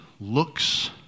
looks